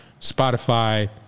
Spotify